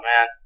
man